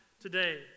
today